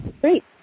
great